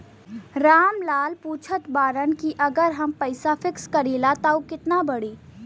राम लाल पूछत बड़न की अगर हम पैसा फिक्स करीला त ऊ कितना बड़ी?